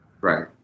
right